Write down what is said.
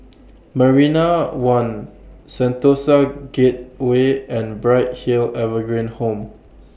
Marina one Sentosa Gateway and Bright Hill Evergreen Home